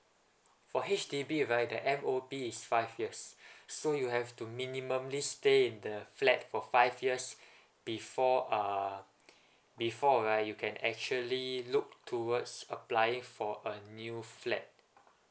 for H_D_B right that M_O_P is five years so you have to stay in the flat for five years before uh before right you can actually look towards applying for a new flat